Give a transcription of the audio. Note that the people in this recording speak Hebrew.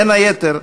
בין היתר,